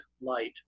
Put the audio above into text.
light